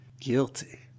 Guilty